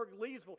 leesville